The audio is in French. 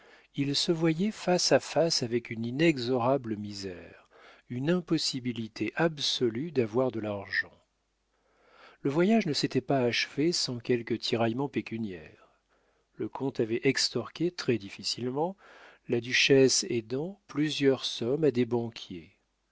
il se voyait face à face avec une inexorable misère une impossibilité absolue d'avoir de l'argent le voyage ne s'était pas achevé sans quelques tiraillements pécuniaires le comte avait extorqué très-difficilement la duchesse aidant plusieurs sommes à des banquiers